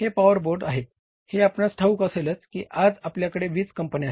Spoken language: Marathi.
हे पॉवर बोर्ड आहेत हे आपणास ठाऊक असेलच की आज आपल्याकडे वीज कंपन्या आहेत